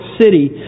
City